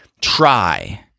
try